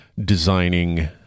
designing